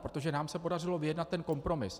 Protože nám se podařilo vyjednat ten kompromis.